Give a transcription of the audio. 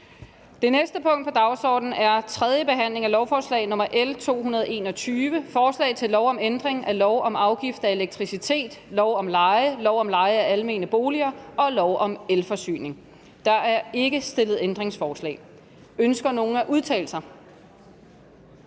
Det næste punkt på dagsordenen er: 11) 3. behandling af lovforslag nr. L 221: Forslag til lov om ændring af lov om afgift af elektricitet, lov om leje, lov om leje af almene boliger og lov om elforsyning. (Lejeres mulighed for nettoafregning,